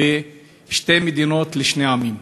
שלהם בשתי מדינות לשני עמים.